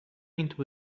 into